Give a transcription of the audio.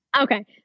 Okay